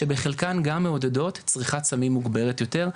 שבחלקם גם מעודדות צריכת סמים מוגברת יותר,